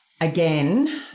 again